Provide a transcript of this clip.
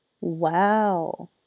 Wow